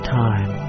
time